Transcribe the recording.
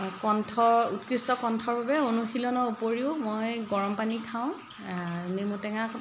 কণ্ঠ উৎকৃষ্ট কণ্ঠৰ বাবে অনুশীলনৰ উপৰিও মই গৰম পানী খাওঁ নেমুটেঙা